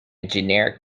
generic